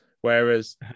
whereas